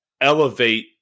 elevate